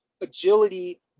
agility